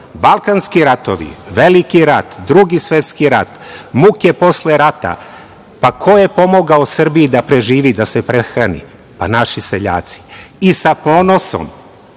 ponosimo. Balkanski ratovi, Veliki rat, Drugi svetski rat, muke posle rata, pa ko je pomogao Srbiji da preživi, da se prehrani? Pa, naši seljaci. I sa ponosom